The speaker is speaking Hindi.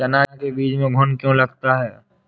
चना के बीज में घुन क्यो लगता है?